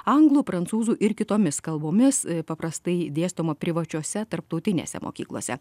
anglų prancūzų ir kitomis kalbomis paprastai dėstoma privačiose tarptautinėse mokyklose